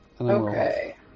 Okay